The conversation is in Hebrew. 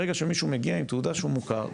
ברגע שמישהו מגיע עם תעודה שהוא מוכר,